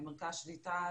מרכז שליטה,